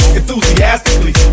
enthusiastically